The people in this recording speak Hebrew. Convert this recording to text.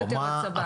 ויותר מהצבא.